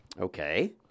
Okay